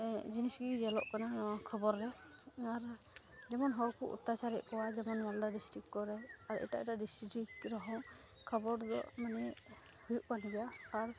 ᱡᱤᱱᱤᱥᱜᱮ ᱧᱮᱞᱚᱜ ᱠᱟᱱᱟ ᱱᱚᱣᱟ ᱠᱷᱚᱵᱚᱨ ᱨᱮ ᱟᱨ ᱡᱮᱢᱚᱱ ᱦᱚᱲᱠᱚ ᱚᱛᱛᱟᱪᱟᱨᱮᱫ ᱠᱚᱣᱟ ᱡᱮᱢᱚᱱ ᱢᱟᱞᱫᱟ ᱰᱤᱥᱴᱤᱠ ᱠᱚᱨᱮ ᱟᱨ ᱮᱴᱟᱜ ᱮᱴᱟᱜ ᱰᱤᱥᱴᱤᱠ ᱨᱮᱦᱚᱸ ᱠᱷᱚᱵᱚᱨ ᱫᱚ ᱢᱟᱱᱮ ᱦᱩᱭᱩᱜᱠᱟᱱ ᱜᱮᱭᱟ ᱟᱨ